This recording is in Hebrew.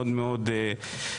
מאוד מאוד קריטית.